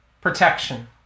protection